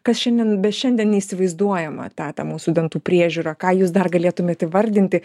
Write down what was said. kas šiandien be šiandien neįsivaizduojama ta ta mūsų dantų priežiūra ką jūs dar galėtumėt įvardinti